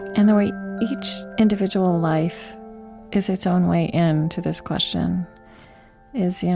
and the way each individual life is its own way in to this question is, you know